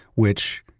which,